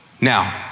Now